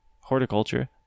horticulture